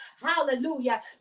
hallelujah